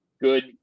good